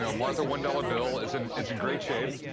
so martha one dollars bill. it's and it's in great shape.